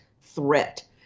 threat